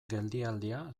geldialdia